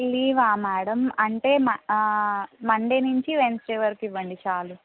లీవా madam అంటే మ Monday నుంచి వెన్స్డే వరకు ఇవ్వండి చాలు